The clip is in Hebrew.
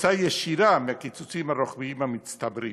תוצאה ישירה של הקיצוצים הרוחביים המצטברים.